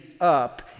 up